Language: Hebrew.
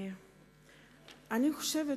אני זוכרת